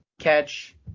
catch